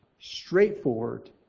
straightforward